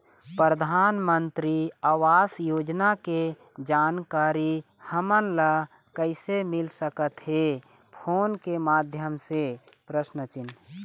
परधानमंतरी आवास योजना के जानकारी हमन ला कइसे मिल सकत हे, फोन के माध्यम से?